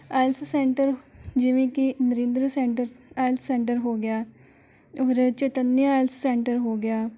IELTS centre ਜਿਵੇਂ ਕਿ Narinder centre IELTS centre ਹੋ ਗਿਆ ਉਰੇ ਚੇਤੰਨਿਆ ਆਈਲੈਸ ਸੈਂਟਰ ਹੋ ਗਿਆ